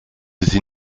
sie